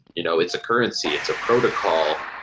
you know it's a currency, it's a protocol,